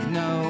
no